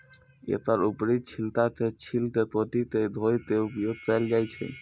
एकर ऊपरी छिलका के छील के काटि के धोय के उपयोग कैल जाए छै